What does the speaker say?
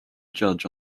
judge